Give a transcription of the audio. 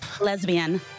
Lesbian